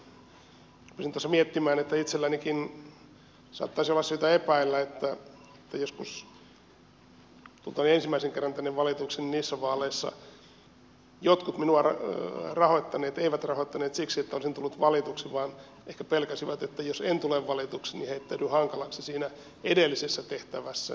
rupesin tuossa miettimään että itsellänikin saattaisi olla syytä epäillä että joskus tultuani ensimmäisen kerran tänne valituksi niissä vaaleissa jotkut minua rahoittaneet eivät rahoittaneet siksi että olisin tullut valituksi vaan ehkä pelkäsivät että jos en tule valituksi niin heittäydyn hankalaksi siinä edellisessä tehtävässäni